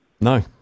No